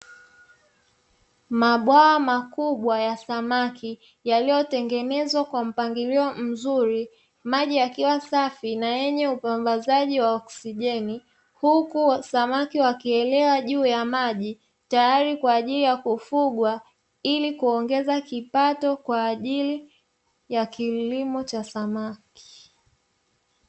Mabwawa makubwa ya samaki yaliyotengenezwa kwa mpangilio mzuri, maji yakiwa safi na yenye usambazaji wa oksijeni, huku wakielea juu ya maji tayari kwa ajili ya kufugwa ili kuongeza kipato kwa ajili ya kilimo cha samaki.